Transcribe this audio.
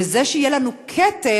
וזה שיהיה לנו כתם,